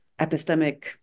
epistemic